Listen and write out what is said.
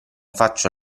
faccio